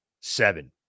seven